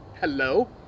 hello